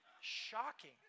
Shocking